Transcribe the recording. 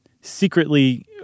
secretly